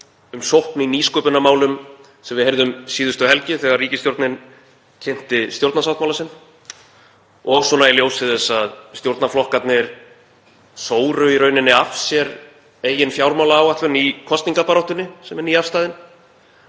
um sókn í nýsköpunarmálum sem við heyrðum um síðustu helgi, þegar ríkisstjórnin kynnti stjórnarsáttmála sinn, og í ljósi þess að stjórnarflokkarnir sóru í rauninni af sér eigin fjármálaáætlun í kosningabaráttunni sem er nýafstaðin,